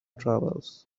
travels